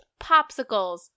popsicles